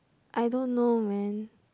I don't know man